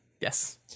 yes